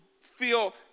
feel